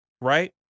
right